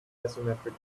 asymmetric